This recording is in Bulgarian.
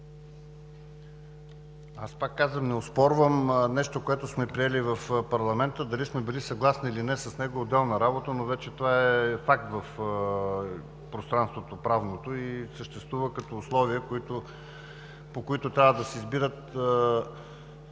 Пак казвам, не оспорвам нещо, което сме приели в парламента. Дали сме били съгласни с него или не, е отделна работа, но вече това е факт в правното пространство и съществува като условия, по които трябва да се избират